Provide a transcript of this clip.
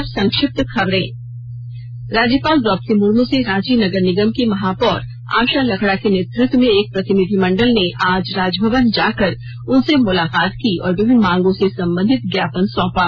अब संक्षिप्त खबरें राज्यपाल द्रौपदी मुर्म से रांची नगर निगम की महापौर आशा लकड़ा के नेतृत्व में एक प्रतिनिधिमंडल ने आज राज भवन जाकर उनसे मुलाकात की और विभिन्न मांगों से संबंधित ज्ञापन सौंपा